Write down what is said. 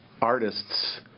artists